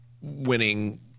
winning